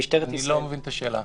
אני לא מבין את השאלה.